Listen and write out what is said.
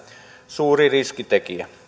suuri riskitekijä